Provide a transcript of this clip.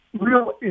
real